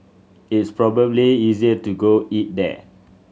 it's probably easier to go eat there